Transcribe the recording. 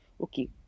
okay